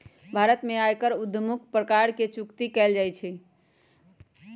भारत में आयकर उद्धमुखी प्रकार से जुकती कयल जाइ छइ